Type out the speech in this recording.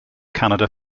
canada